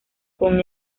con